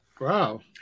Wow